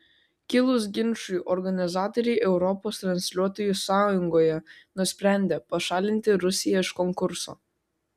kilus ginčui organizatoriai europos transliuotojų sąjungoje nusprendė pašalinti rusiją iš konkurso